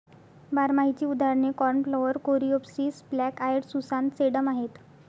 बारमाहीची उदाहरणे cornflower, coreopsis, black eyed Susan, sedum आहेत